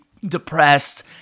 depressed